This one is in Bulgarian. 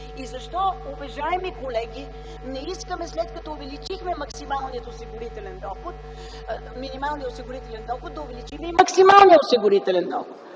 Защо, уважаеми колеги, не искаме, след като увеличихме минималния осигурителен доход, да увеличим и максималния осигурителен доход?